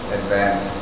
advance